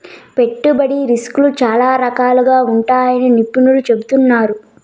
పెట్టుబడి రిస్కులు చాలా రకాలుగా ఉంటాయని నిపుణులు చెబుతున్నారు